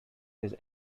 his